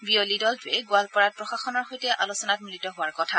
বিয়লি দলটোৱে গোৱালপাৰাত প্ৰশাসনৰ সৈতে আলোচনাত মিলিত হোৱাৰ কথা